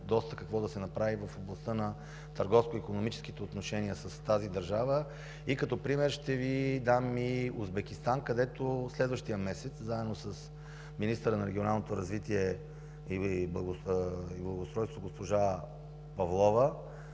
доста какво да се направи в областта на търговско-икономическите отношения с тази държава. Като пример ще Ви дам и Узбекистан, където следващия месец, заедно с министъра на регионалното развитие и благоустройството госпожа Павлова,